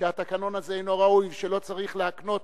שהתקנון הזה אינו ראוי ושלא צריך להקנות